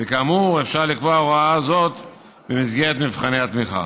וכאמור, אפשר לקבוע הוראה זו במסגרת מבחני התמיכה.